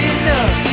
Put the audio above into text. enough